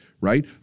right